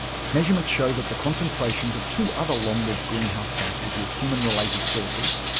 measurements show that the concentrations of two other long-lived greenhouse gases with human-related sources,